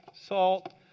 salt